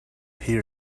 hear